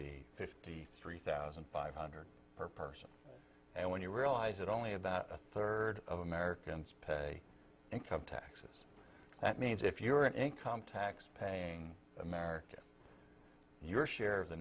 be fifty three thousand five hundred per person and when you realize that only about a third of americans pay income taxes that means if you're an income tax paying americans your share of the